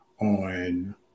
on